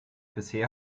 bisher